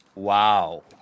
Wow